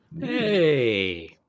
Hey